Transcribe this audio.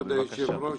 כבוד היושב-ראש,